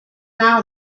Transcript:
now